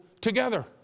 together